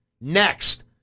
next